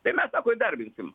tai mes sako įdarbinsim